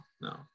No